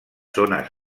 zones